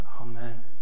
Amen